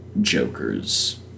Joker's